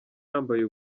yambaye